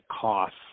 costs